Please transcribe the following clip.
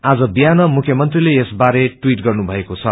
आज विहान मुख्यमंत्रीले यस बारे टवीट गर्नुभएको छ